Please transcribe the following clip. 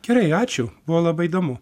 gerai ačiū buvo labai įdomu